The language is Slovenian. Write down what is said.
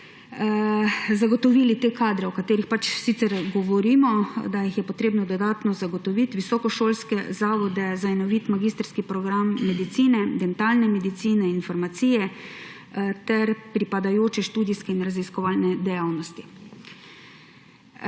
zagotovili te kadre, o katerih sicer govorimo, da jih je treba dodatno zagotoviti, visokošolske zavode, za enovit magistrski program Medicine, Dentalne medicine in Farmacije ter pripadajoče študijske in raziskovalne dejavnosti.